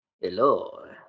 Hello